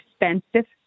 expensive